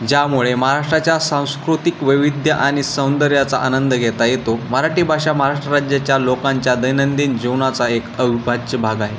ज्यामुळे महाराष्ट्राच्या सांस्कृतिक वैविध्य आणि सौंदर्याचा आनंद घेता येतो मराठी भाषा महाराष्ट्र राज्याच्या लोकांच्या दैनंदिन जीवनाचा एक अविभाज्य भाग आहे